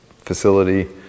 facility